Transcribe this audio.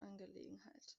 angelegenheit